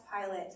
pilot